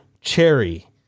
Cherry